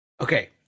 okay